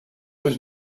was